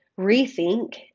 rethink